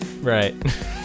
Right